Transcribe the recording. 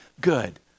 good